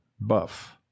Buff